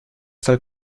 soll